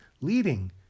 leading